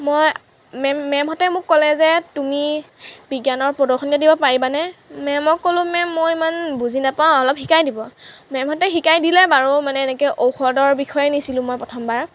মই মেম মেমহঁতে মোক ক'লে যে তুমি বিজ্ঞানৰ প্ৰদৰ্শনী দিব পাৰিবানে মেমক ক'লোঁ মেম মই ইমান বুজি নাপাওঁ অলপ শিকাই দিব মেমহঁতে শিকাই দিলে বাৰু মানে এনেকৈ ঔষধৰ বিষয়ে নিছিলোঁ মই প্ৰথমবাৰ